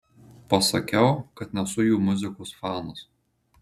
pasakiau kad nesu jų muzikos fanas